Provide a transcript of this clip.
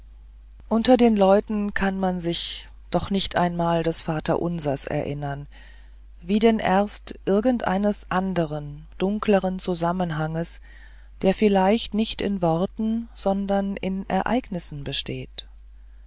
unter den leuten kann man sich doch nicht einmal des vaterunsers erinnern wie denn erst irgend eines anderen dunkleren zusammenhanges der vielleicht nicht in worten sondern in ereignissen besteht